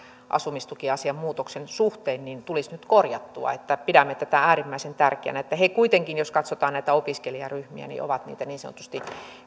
asumistukiasian muutoksen suhteen tulisi nyt korjattua ja pidämme tätä äärimmäisen tärkeänä he kuitenkin jos katsotaan näitä opiskelijaryhmiä ovat niitä niin sanotusti